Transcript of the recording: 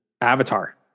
avatar